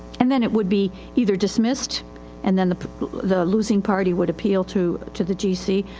and then it would be either dismissed and then the the losing party would appeal to, to the gc.